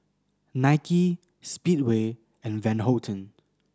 Nike Speedway and Van Houten